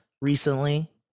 recently